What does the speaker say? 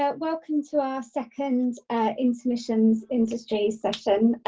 ah welcome to our second intermissions industry session.